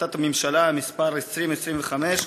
החלטת הממשלה מס' 2025,